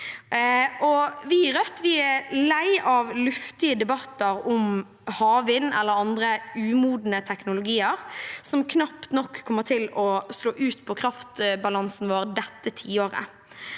Vi i Rødt er lei av luftige debatter om havvind eller andre umodne teknologier, som knapt nok kommer til å slå ut på kraftbalansen vår dette tiåret.